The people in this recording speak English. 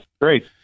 great